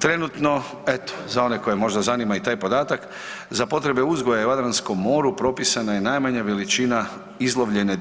Trenutno eto za one koje možda zanima i taj podatak, za potrebe uzgoja u Jadranskom moru propisana je najmanja veličina izlovljene